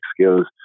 skills